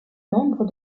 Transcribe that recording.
membre